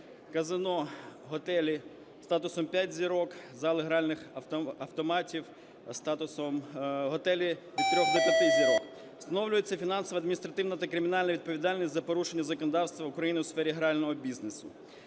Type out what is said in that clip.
казино, готелі статусом 5 зірок, зали гральних автоматів статусом, готелі від 3 до 5 зірок. Встановлюється фінансова, адміністративна та кримінальна відповідальність за порушення законодавства України у сфері грального бізнесу.